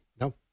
no